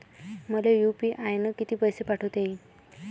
मले यू.पी.आय न किती पैसा पाठवता येईन?